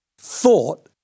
thought